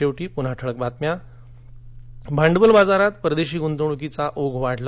शेवटी पून्हा ठळक बातम्या भांडवल बाजारात परदेशी गुंतवणुकीचा ओघ वाढला